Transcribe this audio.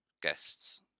guests